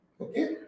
Okay